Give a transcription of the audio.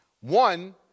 One